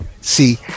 see